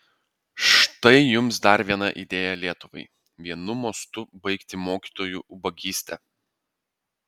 štai jums dar viena idėja lietuvai vienu mostu baigti mokytojų ubagystę